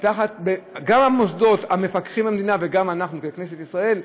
גם במוסדות המפקחים של המדינה וגם אצלנו בכנסת ישראל,